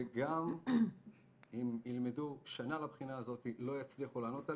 ושגם אם ילמדו שנה לבחינה הזאת לא יצליחו לענות עליהן.